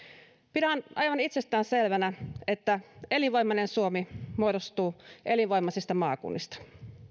pidän aivan itsestäänselvänä että elinvoimainen suomi muodostuu elinvoimaisista maakunnista